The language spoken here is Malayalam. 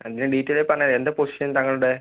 അത് ഞാൻ ഡീറ്റൈലായ് പറഞ്ഞു തരാം എന്താ പൊസിഷൻ താങ്കളുടെ